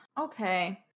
Okay